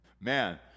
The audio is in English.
man